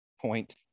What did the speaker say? point